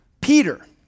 Peter